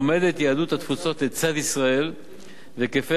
עומדת יהדות התפוצות לצד ישראל והיקפי